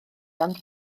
ond